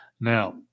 Now